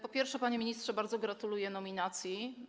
Po pierwsze, panie ministrze, bardzo gratuluję nominacji.